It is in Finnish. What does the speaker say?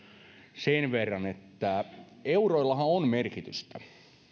sen verran että euroillahan on merkitystä